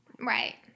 right